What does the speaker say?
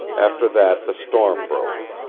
after that the storm broke.